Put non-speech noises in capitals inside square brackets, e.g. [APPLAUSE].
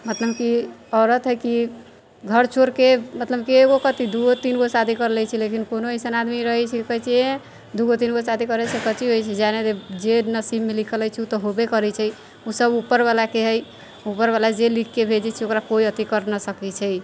मतलब की औरत है की घर छोड़िके मतलब की एगो कथी दुगो तीनगो शादी करि लै छै लेकिन कोनो अइसन आदमी रहै छै कहै छै ई दुगो तीनगो शादी करैसँ कथी होइ छै [UNINTELLIGIBLE] जे नसीबमे लिखल रहै छै उ तऽ हेबे करै छै उ सब उपरवला के है उपरवला जे लिखिके भेजै छै ओकरा कोइ अथी करि नहि सकै छै